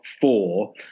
four